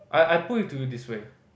I I put it to you this way